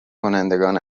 کنندگان